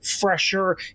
fresher